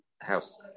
house